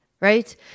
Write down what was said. right